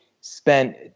spent